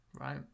right